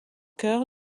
chœur